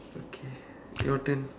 okay your turn